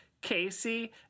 Casey